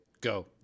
Go